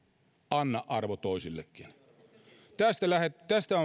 anna arvo toisillekin tästä